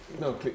No